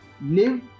live